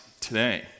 today